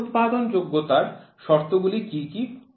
পুনরুৎপাদন যোগ্যতা এর শর্তগুলি কী কী